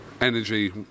energy